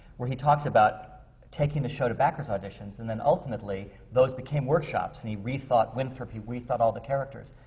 where he talks about taking the show to backers' auditions. and then ultimately, those became workshops. and he rethought winthrop, he rethought all the characters.